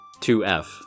2F